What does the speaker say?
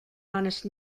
honest